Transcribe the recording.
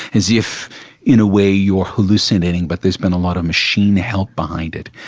as if in a way you are hallucinating but there has been a lot of machine help behind it,